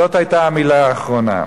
זאת היתה המלה האחרונה.